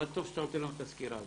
אבל טוב שאתה נותן לנו את הסקירה הזו.